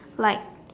like